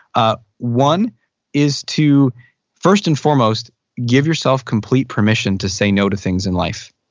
ah one is to first and foremost give yourself complete permission to say no to things in life.